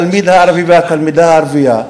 התלמיד הערבי והתלמידה הערבייה,